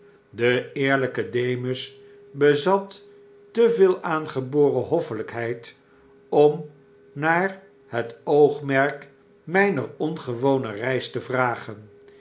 de eerlyke demus bezat te veel aangeboren hoffelykheid om naar het oogmerk mper ongewone reis te vragen